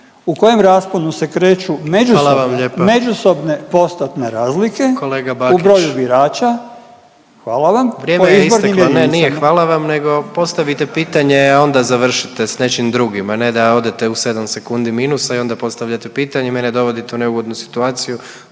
Po izbornim jedinicama. **Jandroković, Gordan (HDZ)** Vrijeme je isteklo. Ne, nije hvala vam, nego postavite pitanje, a onda završite sa nečim drugim, a ne da odete u 7 sekundi minusa i onda postavljate pitanje. Mene dovodite u neugodnu situaciju